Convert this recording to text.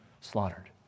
slaughtered